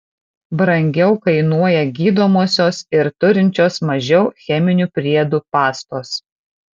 brangiau kainuoja gydomosios ir turinčios mažiau cheminių priedų pastos